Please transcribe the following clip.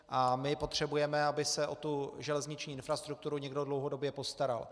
A my potřebujeme, aby se o tu železniční infrastrukturu někdo dlouhodobě postaral.